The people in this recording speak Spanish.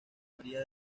maría